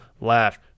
Laugh